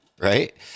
Right